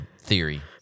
theory